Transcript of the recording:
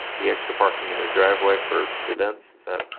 be extra parking in his driveway for events. is that